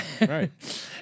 Right